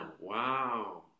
Wow